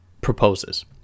proposes